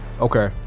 Okay